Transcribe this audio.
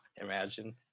Imagine